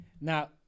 Now